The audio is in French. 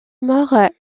mort